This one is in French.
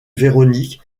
véronique